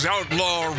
Outlaw